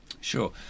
Sure